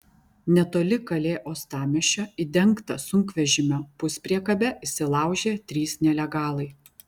netoli kalė uostamiesčio į dengtą sunkvežimio puspriekabę įsilaužė trys nelegalai